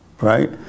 right